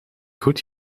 goed